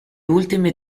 ultime